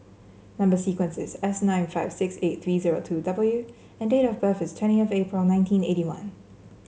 number sequence is S nine five six eight three zero two W and date of birth is twenty of April nineteen eighty one